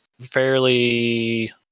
fairly